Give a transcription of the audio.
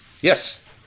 Yes